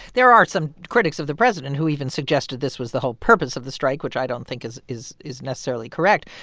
there are some critics of the president who even suggested this was the whole purpose of the strike, which i don't think is is necessarily correct.